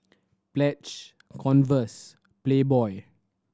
Pledge Converse Playboy